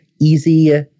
Easy